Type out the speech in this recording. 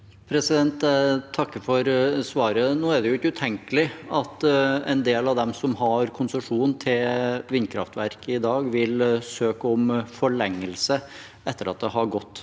Jeg takker for svaret. Nå er det jo ikke utenkelig at en del av dem som har konsesjon til vindkraftverk i dag, vil søke om forlengelse etter at det har gått